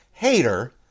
hater